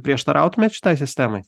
prieštarautumėt šitai sistemai